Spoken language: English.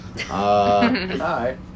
Hi